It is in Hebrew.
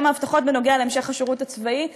גם ההבטחות בנוגע להמשך השירות הצבאי,